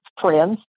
friends